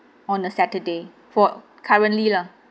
on a saturday for currently lah